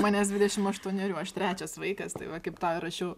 manęs dvidešim aštuonerių aš trečias vaikas tai va kaip tau ir rašiau